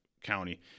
County